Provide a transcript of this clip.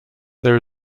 there